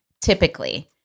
typically